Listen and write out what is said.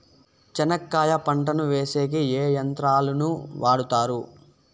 చెనక్కాయ పంటను వేసేకి ఏ యంత్రాలు ను వాడుతారు?